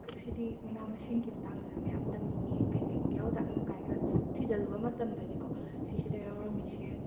ꯁꯤꯗꯤ ꯃꯅꯥ ꯃꯁꯤꯡꯒꯤ ꯃꯇꯥꯡꯗ ꯃꯌꯥꯝ ꯇꯝꯃꯤꯅꯦ ꯀꯩ ꯀꯩ ꯌꯥꯎꯖꯥꯠꯅꯣ ꯀꯥꯏꯅꯒ ꯁꯨꯝ ꯊꯤꯖꯤꯜꯂꯨꯕ ꯃꯇꯝꯗꯗꯤꯀꯣ ꯁꯤꯁꯤꯗ ꯌꯥꯎꯔꯝꯃꯤꯁꯦ